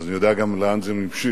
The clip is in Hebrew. אז אני יודע גם לאן זה המשיך.